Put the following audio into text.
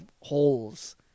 holes